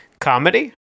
comedy